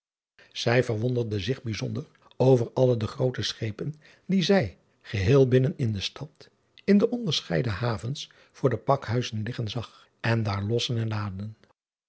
ij verwonderde zich bijzonder over alle de groote schepen die zij ge driaan oosjes zn et leven van illegonda uisman heel binnen in de stad in de onderscheiden havens voor de pakhuizen liggen zag en daar lossen en laden